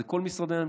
זה כל משרדי הממשלה.